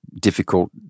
difficult